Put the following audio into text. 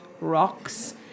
rocks